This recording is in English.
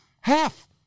Half